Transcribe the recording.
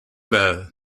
bell